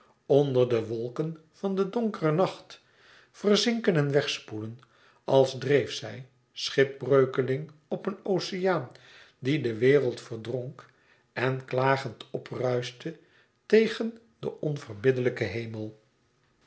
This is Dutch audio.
onder de wolken van den donkeren nacht verzinken en wegspoelen als dreef zij schipbreukeling op een oceaan die de wereld verdronk en klagend opruischte tegen den onverbiddelijken hemel